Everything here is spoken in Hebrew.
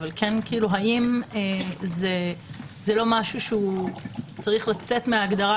האם זה לא משהו שצריך לצאת מההגדרה